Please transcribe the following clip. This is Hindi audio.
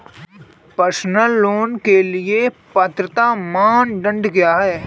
पर्सनल लोंन के लिए पात्रता मानदंड क्या हैं?